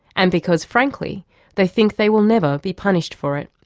and because frankly they think they will never be punished for it.